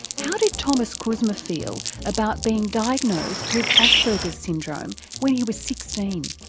how did thomas kuzma feel about being diagnosed with asperger's syndrome when he was sixteen?